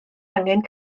angen